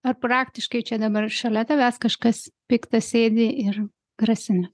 ar praktiškai čia dabar šalia tavęs kažkas piktas sėdi ir grasina